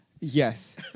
Yes